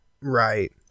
Right